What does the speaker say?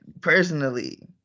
personally